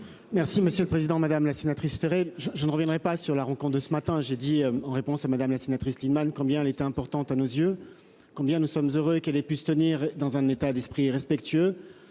Merci monsieur le président, madame la sénatrice. Je ne reviendrai pas sur la rencontre de ce matin, j'ai dit en réponse à Madame. La sénatrice combien il était important à nos yeux combien nous sommes heureux qu'elle ait pu se tenir dans un état d'esprit respectueux